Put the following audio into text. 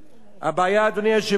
אינה מיוחדת למדינת ישראל,